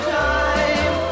time